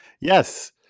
Yes